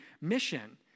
mission